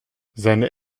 seine